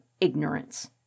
ignorance